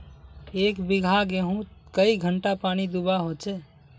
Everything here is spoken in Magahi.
एक बिगहा गेँहूत कई घंटा पानी दुबा होचए?